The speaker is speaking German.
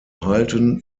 halten